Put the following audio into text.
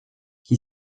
qui